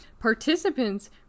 Participants